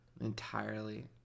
Entirely